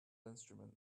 instrument